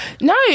no